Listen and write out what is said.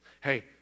Hey